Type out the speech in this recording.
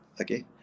okay